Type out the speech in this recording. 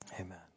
Amen